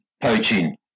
poaching